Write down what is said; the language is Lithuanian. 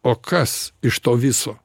o kas iš to viso